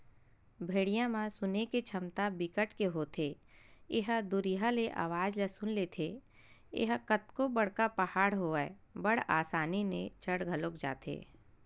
भेड़िया म सुने के छमता बिकट के होथे ए ह दुरिहा ले अवाज ल सुन लेथे, ए ह कतको बड़का पहाड़ होवय बड़ असानी ले चढ़ घलोक जाथे